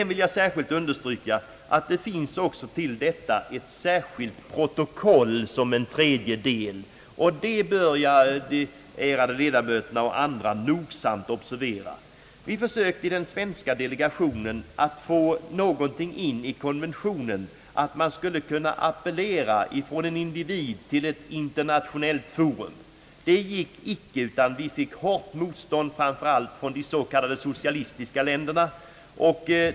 Jag vill särskilt understryka att det till denna konvention finns ett särskilt protokoll såsom en tredje del, vilket de ärade kammarledamöterna och även andra bör noga observera. Den svenska delegationen försökte att i konventionen få in att man skulle kunna appellera från en individ till ett internationellt forum. Det gick inte. Vi mötte hårt mot stånd, framför allt från de s.k. socialistiska länderna.